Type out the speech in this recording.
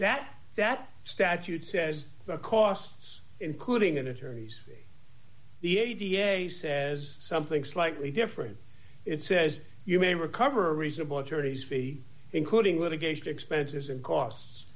that that statute says the costs including an attorney's the a d a says something slightly different it says you may recover a reasonable attorney's fee including litigation expenses and cost